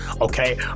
okay